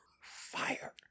Fire